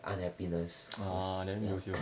unhappiness